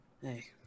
Hey